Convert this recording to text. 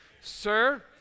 Sir